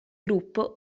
gruppo